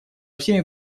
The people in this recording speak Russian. всеми